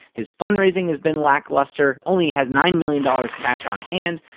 his fundraising has been lackluster only has nine million dollars cash on hand.